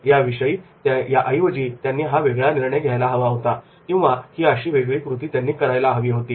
याऐवजी त्यांनी हा वेगळा निर्णय घ्यायला हवा होता किंवा ही अशी वेगळी कृती त्यांनी करायला हवी होती